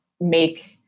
make